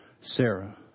Sarah